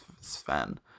Sven